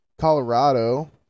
Colorado